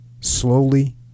slowly